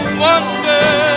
wonder